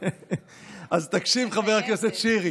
אז תקשיב, חבר הכנסת שירי.